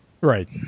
Right